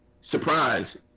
surprise